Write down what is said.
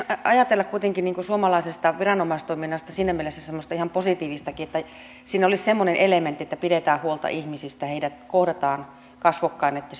ajatella kuitenkin suomalaisesta viranomaistoiminnasta siinä mielessä semmoista ihan positiivistakin että siinä olisi semmoinen elementti että pidetään huolta ihmisistä heidät kohdataan kasvokkain että